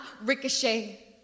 ricochet